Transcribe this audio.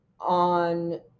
On